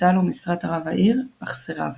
הוצעה לו משרת רב העיר, אך סירב.